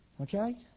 Okay